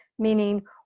Meaning